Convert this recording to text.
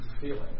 feeling